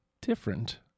different